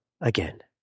again